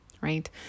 right